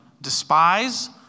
despise